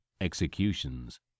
executions